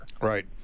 Right